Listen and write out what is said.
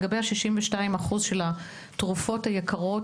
לגבי ה-62% של התרופות היקרות,